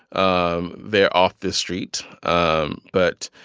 um they're off the street. um but,